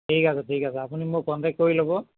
ঠিক আছে ঠিক আছে আপুনি মোক কণ্টেক্ট কৰি ল'ব